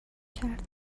کرد